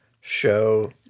show